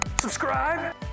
Subscribe